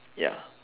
ya